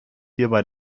hierbei